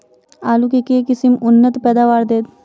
आलु केँ के किसिम उन्नत पैदावार देत?